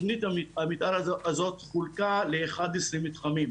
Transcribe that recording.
תכנית המתאר הזו חולקה לאחד עשרה מתחמים.